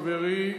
חברי,